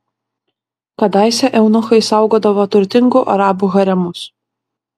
kadaise eunuchai saugodavo turtingų arabų haremus